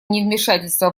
невмешательство